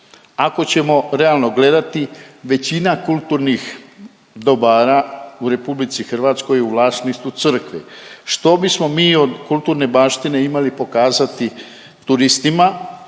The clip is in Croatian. Ako ćemo realno gledati većina kulturnih dobara u RH je u vlasništvu crkve. Što bismo mi od kulturne baštine imali pokazati turistima